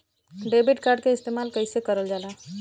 Debit card के इस्तेमाल कइसे करल जाला?